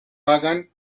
hagan